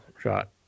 shot